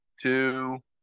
two